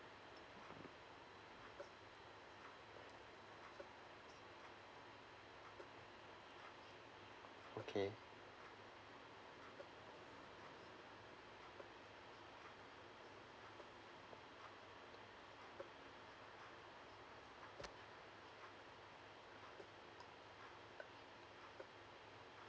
okay